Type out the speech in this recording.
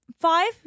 five